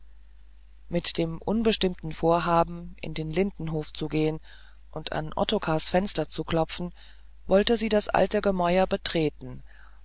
mit dem unbestimmten vorhaben in den lindenhof zu gehen und an ottokars fenster zu klopfen wollte sie das alte gemäuer betreten